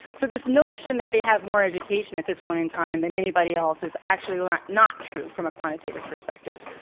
so this notion that they have more education at this point in time than anybody else is actually like not true from a quantitative perspective.